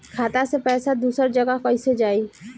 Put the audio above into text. खाता से पैसा दूसर जगह कईसे जाई?